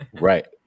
Right